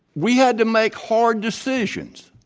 we had to make hard decisions.